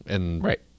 Right